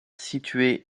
situé